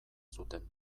zuten